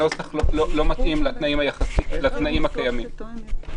אלעד עומדת במקום ירוק, והיא עדיין מוכרזת בסגר.